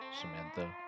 Samantha